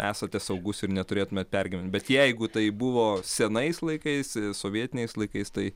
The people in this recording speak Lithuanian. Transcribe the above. esate saugus ir neturėtumėt pergyvent bet jeigu tai buvo senais laikais sovietiniais laikais tai